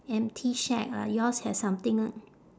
empty shack lah yours have something right